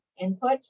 input